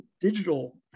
digital